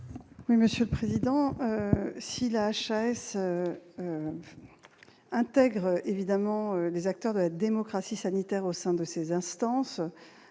du Gouvernement ? Si la HAS intègre évidemment les acteurs de la démocratie sanitaire au sein de ses instances-